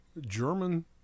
German